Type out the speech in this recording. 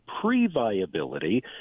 pre-viability